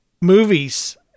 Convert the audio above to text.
movies